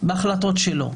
בהחלטות שלו.